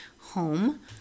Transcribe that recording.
home